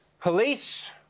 Police